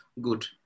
good